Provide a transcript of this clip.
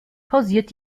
pausiert